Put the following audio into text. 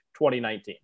2019